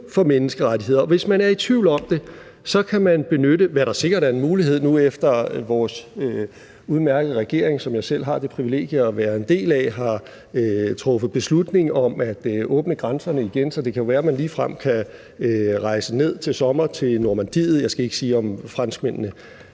for menneskerettigheder. Og hvis man er i tvivl om det, så kan det være, at man – hvad der sikkert er en mulighed nu, efter at vores udmærkede regering, som jeg selv har det privilegium at være en del af, har truffet beslutning om at åbne grænserne igen – ligefrem til sommer kan rejse ned til Normandiet. Jeg skal ikke sige, om franskmændene